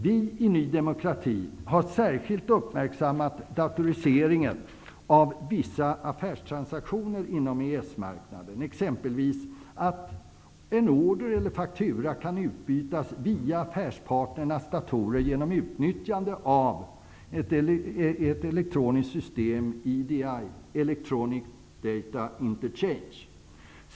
Vi i Ny demokrati har särskilt uppmärksammat datoriseringen av vissa affärstransaktioner inom EES-marknaden. Exempelvis att en order eller faktura kan utbytas via affärspartnernas datorer genom utnyttjande av systemet EDI -- Electronic Data Interchange.